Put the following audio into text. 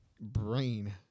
brain